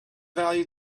value